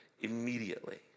immediately